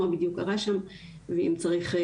מה בדיוק קרה שם ואם צריך.